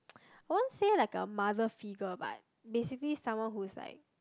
I won't say like a mother figure but basically someone who is like